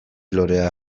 lorea